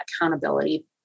accountability